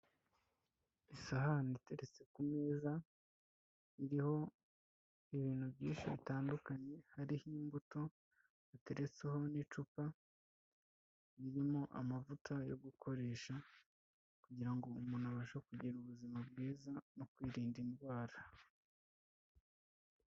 Isahani iteretse ku meza iriho ibintu byinshi bitandukanye, hariho imbuto hateretseho n'icupa ririmo amavuta yo gukoresha kugira ngo umuntu abashe kugira ubuzima bwiza mu kwirinda indwara.